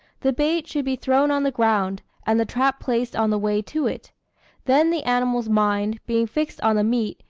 the bait should be thrown on the ground, and the trap placed on the way to it then the animal's mind, being fixed on the meat,